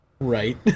right